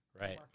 Right